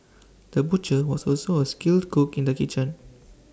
the butcher was also A skilled cook in the kitchen